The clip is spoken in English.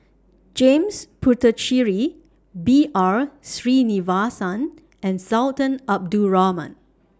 James Puthucheary B R Sreenivasan and Sultan Abdul Rahman